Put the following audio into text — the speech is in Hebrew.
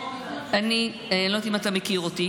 אני לא יודעת אם אתה מכיר אותי.